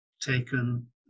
taken